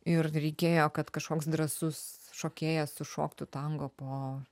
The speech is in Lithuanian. ir reikėjo kad kažkoks drąsus šokėjas sušoktų tango po